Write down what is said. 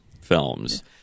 films